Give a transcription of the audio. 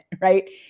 right